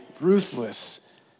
Ruthless